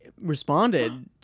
responded